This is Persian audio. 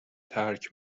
ترک